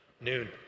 noon